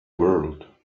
world